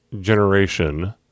generation